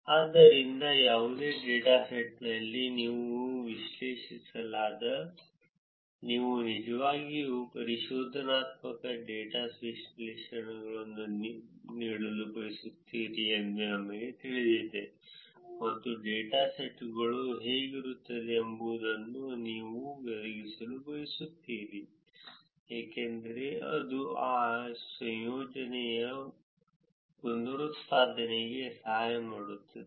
ಆದ್ದರಿಂದ ಯಾವುದೇ ಡೇಟಾ ಸೆಟ್ನಲ್ಲಿ ನೀವು ವಿಶ್ಲೇಷಿಸಿದಾಗ ನೀವು ನಿಜವಾಗಿಯೂ ಪರಿಶೋಧನಾತ್ಮಕ ಡೇಟಾ ವಿಶ್ಲೇಷಣೆಯನ್ನು ನೀಡಲು ಬಯಸುತ್ತೀರಿ ಎಂದು ನಿಮಗೆ ತಿಳಿದಿದೆ ಮತ್ತು ಡೇಟಾ ಸೆಟ್ ಹೇಗಿರುತ್ತದೆ ಎಂಬುದನ್ನು ನೀವು ಒದಗಿಸಲು ಬಯಸುತ್ತೀರಿ ಏಕೆಂದರೆ ಇದು ಆ ಸಂಶೋಧನೆಯ ಪುನರುತ್ಪಾದನೆಗೆ ಸಹಾಯ ಮಾಡುತ್ತದೆ